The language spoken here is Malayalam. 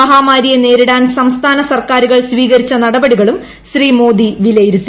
മഹാമാരിയെ നേരിടാൻ സംസ്ഥാന സർക്കാരുകൾ സ്പ്രീകരിച്ച നടപടികളും ശ്രീ മോദി വിലയിരുത്തി